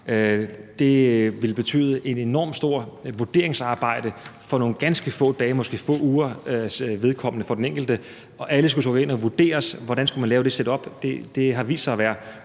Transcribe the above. Det ville indebære et enormt stort vurderingsarbejde for nogle ganske få dages eller måske få ugers vedkommende for den enkelte, og alle skulle så vurderes, og spørgsmålet er, hvordan man skulle lave det setup. Det har vist sig at være